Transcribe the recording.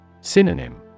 Synonym